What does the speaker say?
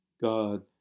God